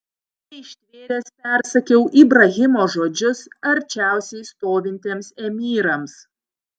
neištvėręs persakiau ibrahimo žodžius arčiausiai stovintiems emyrams